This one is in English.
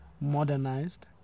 modernized